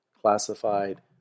classified